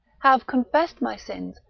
have confessed my sins,